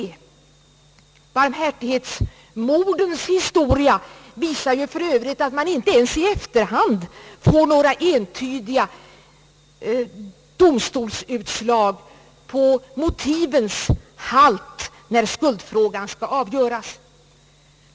Barmhärtighetsmordens historia visar för övrigt att man inte ens i efterhand får några entydiga domstolsutslag på motivens halt, när skuldfrågan skall avgöras.